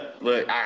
look